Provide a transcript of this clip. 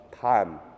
time